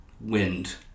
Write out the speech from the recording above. wind